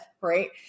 right